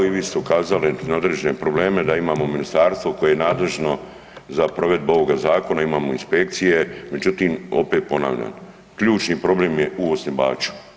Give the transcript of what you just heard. Pa evo i vi ste ukazali na određene probleme, da imamo ministarstvo koje je nadležno za provedbu ovoga zakona, imamo inspekcije, međutim, opet ponavljam, ključni problem je u osnivaču.